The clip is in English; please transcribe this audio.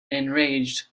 enraged